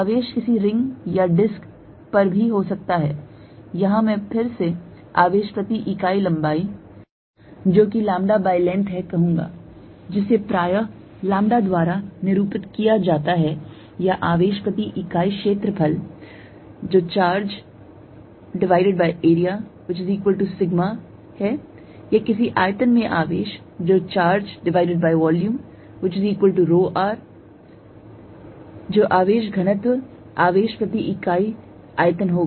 आवेश किसी रिंग या डिस्क पर भी हो सकता है यहां मैं फिर से आवेश प्रति इकाई लंबाई λlength कहूंगा जिसे प्रायः लैम्ब्डा द्वारा निरूपित किया जाता है या आवेश प्रति इकाई क्षेत्रफल Chargearea σ या किसी आयतन में आवेश Chargevolume ρ जो आवेश घनत्व आवेश प्रति इकाई आयतन होगा